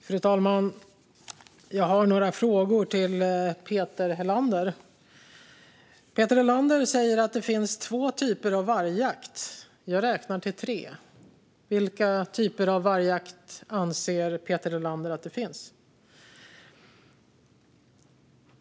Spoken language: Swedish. Fru talman! Jag har några frågor till Peter Helander. Peter Helander säger att det finns två typer av vargjakt. Jag räknar till tre. Vilka typer av vargjakt anser Peter Helander att det finns?